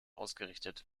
ausgerichtet